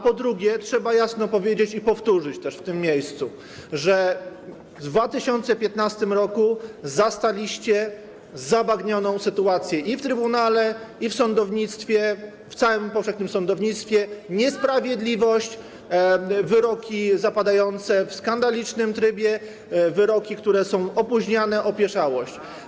Po drugie, trzeba jasno powiedzieć i powtórzyć w tym miejscu, że w 2015 r. zastaliście zabagnioną sytuację i w Trybunale, i w sądownictwie, w całym powszechnym sądownictwie, niesprawiedliwość, wyroki zapadające w skandalicznym trybie, wyroki, które są opóźniane, opieszałość.